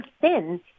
thin